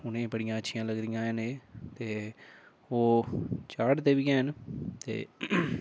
उ'नें गी बड़ा अच्छियां लगदियां न एह् ते ओह् चाढ़दे बी ऐ हैन ते